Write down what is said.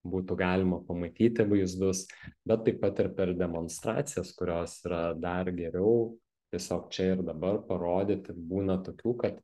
būtų galima pamatyti vaizdus bet taip pat ir per demonstracijas kurios yra dar geriau tiesiog čia ir dabar parodyti būna tokių kad